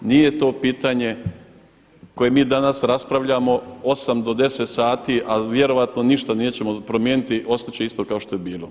Nije to pitanje koje mi danas raspravljamo 8 do 10 sati a vjerojatno ništa nećemo promijeniti, ostat će isto kao što je i bilo.